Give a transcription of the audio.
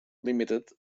limited